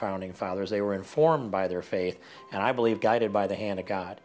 founding fathers they were informed by their faith and i believe guided by the hand of god